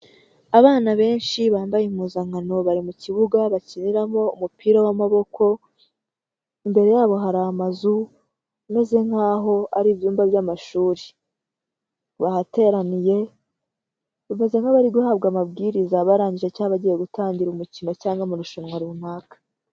Abana benshi bambaye impuzankano bari mu kibuga bakiniramo umupira w'amaboko, imbere yabo hari amazu, ameze nk'aho ari ibyumba by'amashuri. Bahateraniye, bameze nk'abari guhabwa amabwiriza barangije cyangwa bagiye gutangira umukino cyangwa amarushanwa runaka.